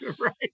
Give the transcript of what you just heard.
right